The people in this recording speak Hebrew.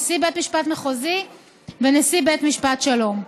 נשיא בית משפט מחוזי ונשיא בית משפט שלום.